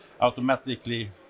automatically